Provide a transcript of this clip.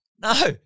No